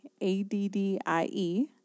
A-D-D-I-E